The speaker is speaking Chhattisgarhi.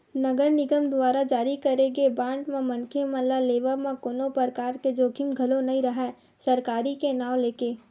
नगर निगम दुवारा जारी करे गे बांड म मनखे मन ल लेवब म कोनो परकार के जोखिम घलो नइ राहय सरकारी के नांव लेके